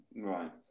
Right